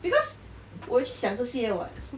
because 我有去想这些 mah